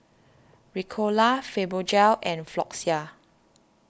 Ricola Fibogel and Floxia